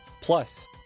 plus